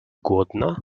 głodna